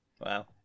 Wow